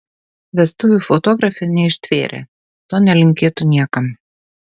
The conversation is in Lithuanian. vestuvių fotografė neištvėrė to nelinkėtų niekam